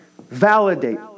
Validate